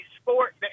sport